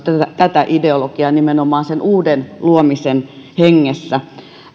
tätä ideologiaa nimenomaan sen uuden luomisen hengessä